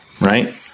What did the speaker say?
right